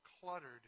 cluttered